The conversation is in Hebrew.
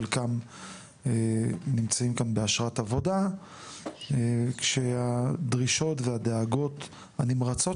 חלקם נמצאים כאן באשרת עבודה כשהדרישות והדאגות הנמרצות